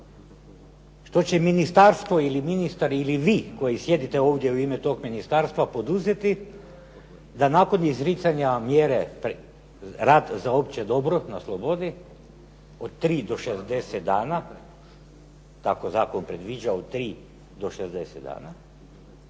Što će ministarstvo ili ministar ili vi koji sjedite ovdje u ime tog ministarstva poduzeti da nakon izricanja mjere rada za opće dobro na slobodi od 3 do 60 dana, kako zakon predviđa od 3 do 60 dana,